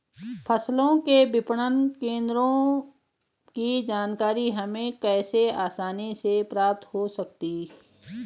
फसलों के विपणन केंद्रों की जानकारी हमें कैसे आसानी से प्राप्त हो सकती?